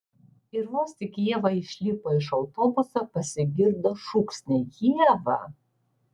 ir vos tik ieva išlipo iš autobuso pasigirdo šūksniai ieva